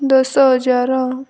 ଦଶ ହଜାର